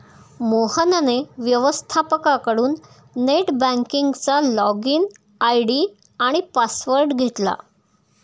मोहनने व्यवस्थपकाकडून नेट बँकिंगचा लॉगइन आय.डी आणि पासवर्ड घेतला